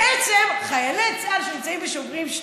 בעצם חיילי צה"ל שנמצאים בשוברים שתיקה,